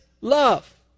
love